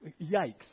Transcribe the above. Yikes